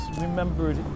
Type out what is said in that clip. remembered